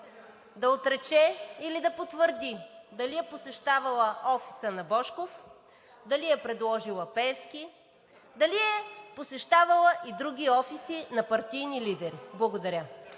да отрече или да потвърди дали е посещавала офиса на Божков, дали е предложила Пеевски, дали е посещавала и други офиси на партийни лидери. Благодаря.